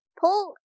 pull